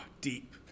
Deep